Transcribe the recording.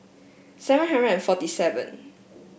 seven hundred and forty seven